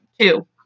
Two